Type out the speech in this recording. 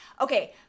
Okay